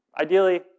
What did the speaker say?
Ideally